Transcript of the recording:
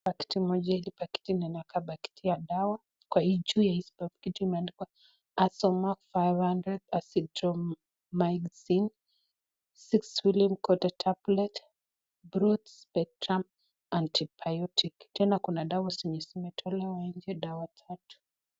Pakiti moja, hili pakiti linakaa pakiti ya dawa. Kwa hii juu ya hii pakiti, imeandikwa azomax 500 Azithromycin 6 film coated tablets broad spectrum antibiotic Tena kuna dawa zenye zimetolewa nje, dawa tatu.